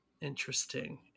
Interesting